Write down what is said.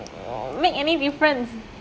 make any difference